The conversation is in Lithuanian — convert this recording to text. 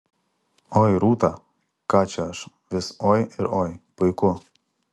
oi rūta ką čia aš vis oi ir oi puiku